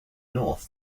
north